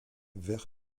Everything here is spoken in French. vert